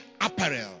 apparel